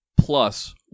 plus